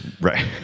Right